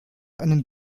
einen